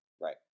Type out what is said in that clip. Right